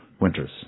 winters